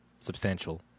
substantial